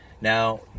Now